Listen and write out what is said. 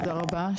תודה רבה.